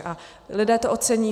A lidé to ocení.